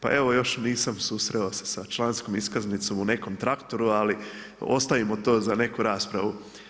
Pa evo još nisam susreo se sa članskom iskaznicom u nekom traktoru ali ostavimo to za neku raspravu.